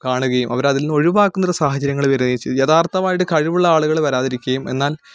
കാണുകയും അവരെ അതിൽ നിന്ന് ഒഴിവാക്കുന്ന ഒരു സാഹചര്യങ്ങൾ വരികയും ചെയ്തു യഥാർത്ഥമായിട്ട് കഴിവുള്ള ആളുകൾ വരാതിരിക്കുകയും എന്നാൽ